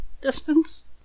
distance